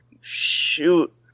Shoot